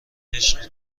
عشق